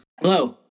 Hello